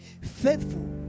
faithful